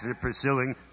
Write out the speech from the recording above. pursuing